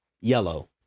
yellow